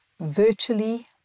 virtually